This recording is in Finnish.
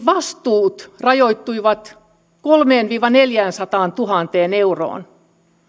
vastuut rajoittuivat kolmeensataantuhanteen viiva neljäänsataantuhanteen euroon